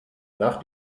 nach